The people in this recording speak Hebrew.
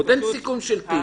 הרי אין עדיין סיכום של תיק.